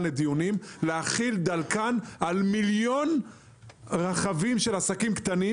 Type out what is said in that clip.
לדיונים להחיל דלקן על מיליון רכבים של עסקים קטנים,